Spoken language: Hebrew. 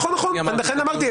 לכן אמרתי,